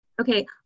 okay